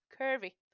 curvy